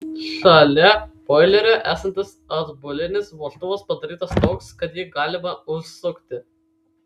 šalia boilerio esantis atbulinis vožtuvas padarytas toks kad jį galima užsukti